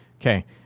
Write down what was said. Okay